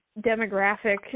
demographic